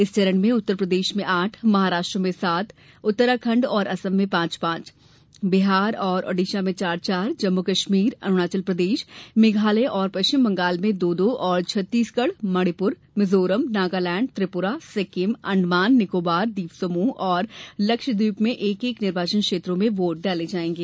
इस चरण में उत्तरप्रदेश में आठ महाराष्ट्र में सात उत्तराखंड और असम में पांच पांच बिहार और ओडिशा में चार चार जम्मू कश्मीर अरुणाचल प्रदेश मेघालय और पश्चिम बंगाल में दो दो और छत्तीसगढ़ मणिपुर मिजोरम नगालैंड त्रिपुरा सिक्किम अंडमान निकोबार द्वीप समूह और लक्षद्वीप में एक एक निर्वाचन क्षेत्रों में वोट डाले जाएंगे